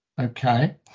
okay